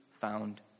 found